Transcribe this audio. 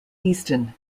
easton